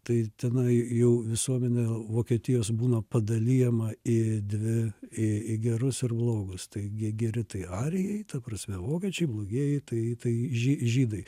tai tenai jau visuomenę vokietijos būna padalijama į dvi į gerus ir blogus tai geri tai arijai ta prasme vokiečiai blogieji tai tai žy žydai